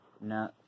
No